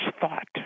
thought